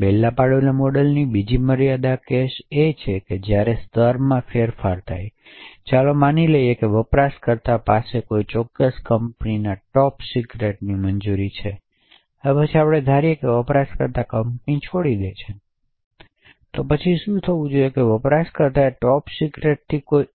બેલ LaPadula મોડેલની બીજી મર્યાદા કેસ છે જ્યારે સ્તરમાં ફેરફાર થાય છે ચાલો માની લઈએ કે વપરાશકર્તા પાસે કોઈ ચોક્કસ કંપનીના ટોપ સિક્રેટની મંજૂરી છે હવે પછી આપણે ધારીએ કે વપરાશકર્તા કંપની છોડી દે છે તો પછી શું થવું જોઈએ કે વપરાશકર્તાએ ટોપ સિક્રેટથી કોઈ